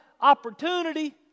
opportunity